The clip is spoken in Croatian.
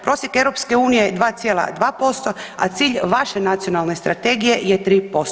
Prosjek EU je 2,2% a cilj vaše Nacionalne strategije je 3%